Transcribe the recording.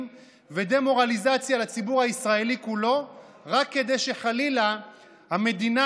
ודה-מורליזציה לציבור הישראלי כולו רק כדי שחלילה המדינה